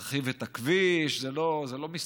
להרחיב את כפר אדומים, צריך להרחיב את הכביש.